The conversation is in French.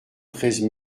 treize